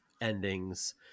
endings